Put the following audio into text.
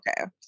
okay